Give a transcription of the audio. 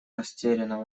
растерянно